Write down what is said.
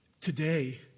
Today